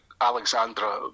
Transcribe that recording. Alexandra